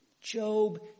Job